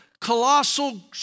colossal